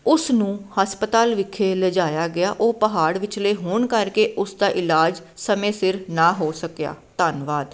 ਉਸ ਨੂੰ ਹਸਪਤਾਲ ਵਿਖੇ ਲਿਜਾਇਆ ਗਿਆ ਉਹ ਪਹਾੜ ਵਿਚਲੇ ਹੋਣ ਕਰਕੇ ਉਸ ਦਾ ਇਲਾਜ ਸਮੇਂ ਸਿਰ ਨਾ ਹੋ ਸਕਿਆ ਧੰਨਵਾਦ